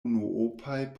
unuopaj